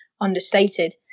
understated